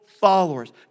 followers